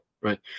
right